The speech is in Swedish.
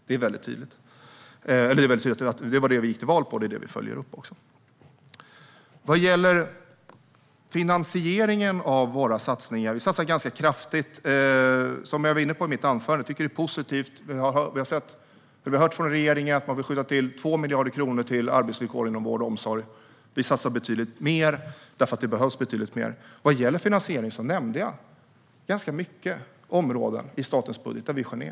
Det är väldigt tydligt att det var det vi gick till val på, och det är också det vi följer upp. Vi satsar ganska kraftigt. Som jag var inne på i mitt huvudanförande tycker jag att det är positivt att regeringen vill skjuta till 2 miljarder kronor till arbetsvillkoren inom vård och omsorg, men vi satsar betydligt mer eftersom det behövs betydligt mer. Vad gäller finansieringen av våra satsningar nämnde jag ganska många områden i statens budget där vi skär ned.